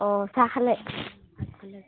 অঁ চাহ খালে